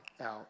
out